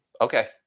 Okay